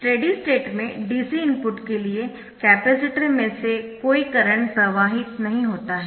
steady state में dc input के लिए कैपेसिटर में से कोई करंट प्रवाहित नहीं होता है